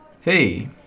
Hey